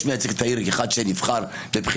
יש מייצג את העיר אחד שנבחר בבחירות,